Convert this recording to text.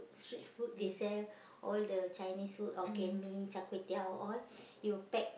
street food they sell all the Chinese food Hokkien-Mee char-kway-teow all you pack